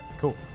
Cool